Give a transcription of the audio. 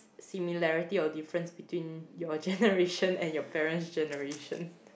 similarity or difference between your generation and your parents' generation